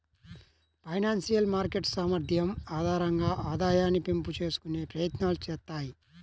financial market సామర్థ్యం ఆధారంగా ఆదాయాన్ని పెంపు చేసుకునే ప్రయత్నాలు చేత్తాయి